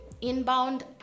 inbound